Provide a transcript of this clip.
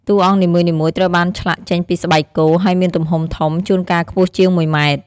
តួអង្គនីមួយៗត្រូវបានឆ្លាក់ចេញពីស្បែកគោ ហើយមានទំហំធំ ជួនកាលខ្ពស់ជាង ១ ម៉ែត្រ។